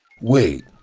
Wait